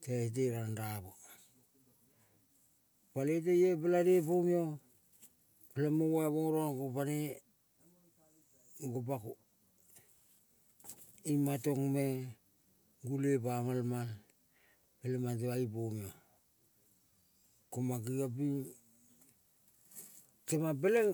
Teio te ranra mo, paloi teio pelane pomio peleng mo mola mora gopane, gopako i matong me gule. Pamalmal peleng mang temang i pomio. Ko mang kengiong ping temang peleng